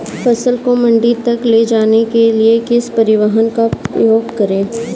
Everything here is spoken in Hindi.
फसल को मंडी तक ले जाने के लिए किस परिवहन का उपयोग करें?